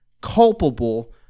culpable